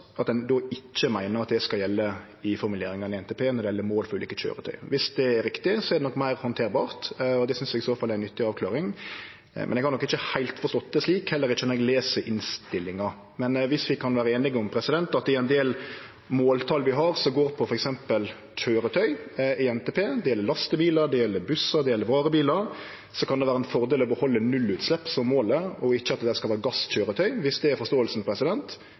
at ein då ikkje meiner at det skal gjelde i formuleringane i NTP når det gjeld mål for ulike køyretøy, er det meir handterbart. Det synest eg i så fall er ei nyttig avklaring. Men eg har ikkje heilt forstått det slik, heller ikkje når eg les innstillinga. Viss vi kan vere einige om at i ein del måltal vi har i NTP som går på f.eks. køyretøy, det gjeld lastebilar, det gjeld bussar, det gjeld varebilar, kan det vere ein fordel å behalde nullutslepp som målet, og ikkje at det skal vere gasskøyretøy – dersom det er forståelsen,